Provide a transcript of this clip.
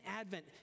advent